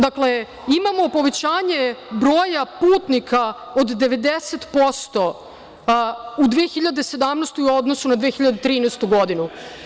Dakle, imamo povećanje broja putnika od 90% u 2017. u odnosu na 2013. godinu.